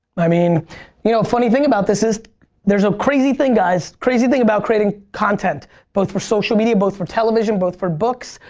i mean you know funny thing about this is there's a crazy thing guys. crazy thing about creating content both for social media, both for television, both for books,